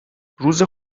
روز